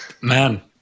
Man